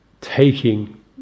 taking